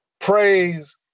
praise